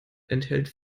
enthält